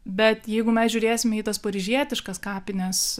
bet jeigu mes žiūrėsime į tas paryžietiškas kapines